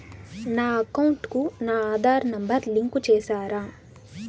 నా అకౌంట్ కు నా ఆధార్ నెంబర్ లింకు చేసారా